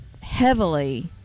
heavily